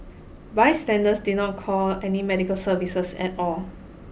bystanders did not call any medical services at all